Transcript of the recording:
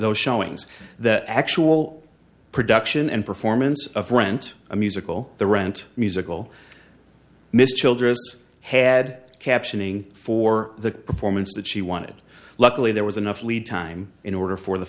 those showings that actual production and performance of rent a musical the rent musical miss childress had captioning for the performance that she wanted luckily there was enough lead time in order for the